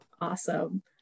Awesome